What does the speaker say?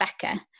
Becker